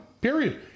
Period